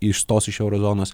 išstos iš euro zonos